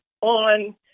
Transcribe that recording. on